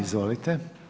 Izvolite.